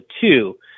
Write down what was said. two